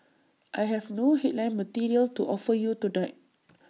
I have no headline material to offer you tonight